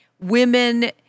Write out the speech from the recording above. women